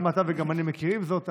גם אתה וגם אני מכירים את זה.